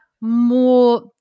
more